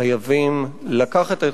חייבים לקחת,